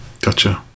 Gotcha